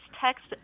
text